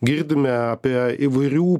girdime apie įvairių